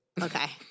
Okay